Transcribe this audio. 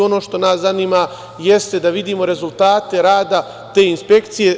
Ono što nas zanima jeste da vidimo rezultate rada te inspekcije.